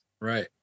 right